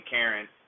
Karen